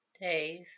Dave